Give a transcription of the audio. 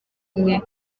umwe